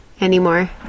anymore